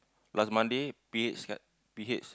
last Monday P H slap P H